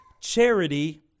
Charity